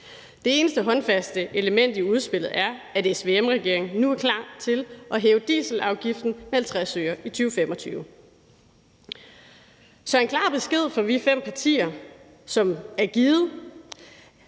Det eneste håndfaste element i udspillet er, at SVM-regeringen nu er klar til at hæve dieselafgiften med 50 øre i 2025. Så en klar besked fra os fem partier, som vi har givet,